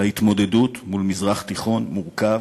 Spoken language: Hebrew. להתמודדות מול מזרח תיכון מורכב,